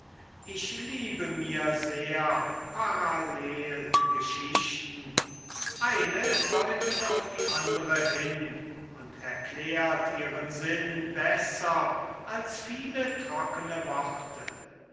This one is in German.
ich liebe mir sehr parallelgeschichten eine deutet auf die andere hin und erklärt ihren sinn besser als viele trockene worte